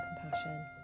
compassion